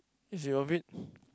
is it a bit